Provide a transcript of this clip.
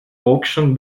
auction